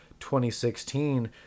2016